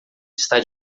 está